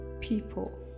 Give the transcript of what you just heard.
people